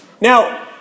Now